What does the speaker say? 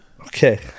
Okay